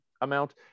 amount